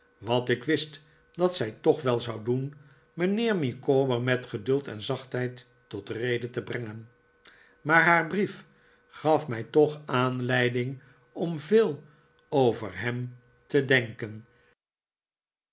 ik wist dat zij toch wel zou doen mijnheer micawber met geduld en zachtheid tot rede te brengen maar haar brief gaf mij toch aanleiding om veel over hem ie denken